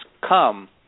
come